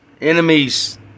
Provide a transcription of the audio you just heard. enemies